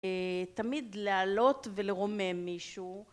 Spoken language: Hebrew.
תמיד לעלות ולרומם מישהו